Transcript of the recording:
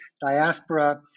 diaspora